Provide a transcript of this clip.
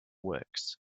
works